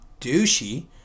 douchey